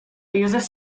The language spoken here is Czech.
josef